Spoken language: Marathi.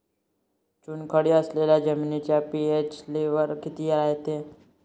चुनखडी असलेल्या जमिनीचा पी.एच लेव्हल किती रायते?